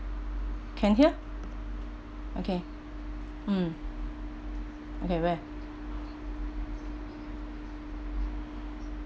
can hear okay mm okay where